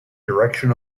direction